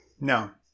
No